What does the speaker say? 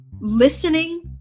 listening